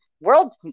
world